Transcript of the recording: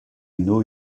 know